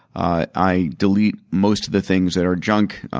i delete most of the things that are junk,